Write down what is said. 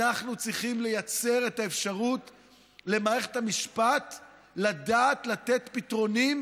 אנחנו צריכים לייצר למערכת המשפט את האפשרות לדעת לתת פתרונות